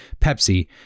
Pepsi